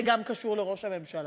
זה גם קשור לראש הממשלה,